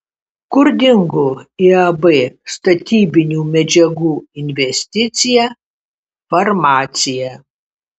kur dingo iab statybinių medžiagų investicija farmacija